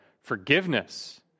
forgiveness